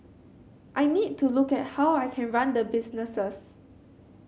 I need to look at how I can run the businesses